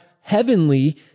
heavenly